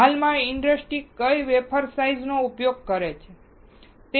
હાલમાં ઇન્ડસ્ટ્રી કઈ wafer size ઉપયોગ કરે છે